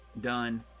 done